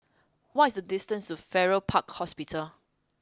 what is the distance to Farrer Park Hospital